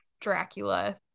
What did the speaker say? Dracula